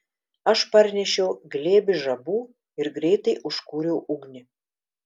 aš parnešiau glėbį žabų ir greitai užkūriau ugnį